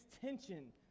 tension